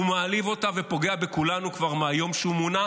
הוא מעליב אותה ופוגע בכולנו מהיום שהוא מונה,